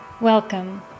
Welcome